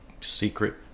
secret